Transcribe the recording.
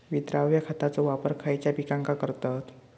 विद्राव्य खताचो वापर खयच्या पिकांका करतत?